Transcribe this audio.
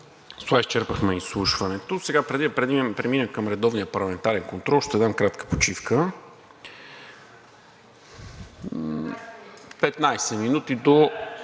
С това изчерпахме изслушването. Преди да преминем към редовния парламентарен контрол ще дам кратка почивка – 15 минути, до